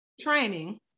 training